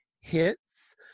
hits